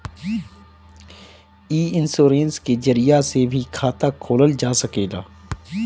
इ इन्शोरेंश के जरिया से भी खाता खोलल जा सकेला